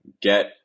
get